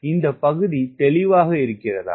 இந்த பகுதி தெளிவாக இருக்கிறதா